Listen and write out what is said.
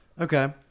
Okay